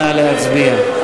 נא להצביע.